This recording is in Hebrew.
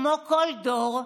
כמו כל דור,